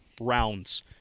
rounds